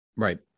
Right